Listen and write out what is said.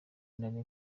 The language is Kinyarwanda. nari